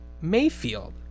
Mayfield